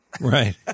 Right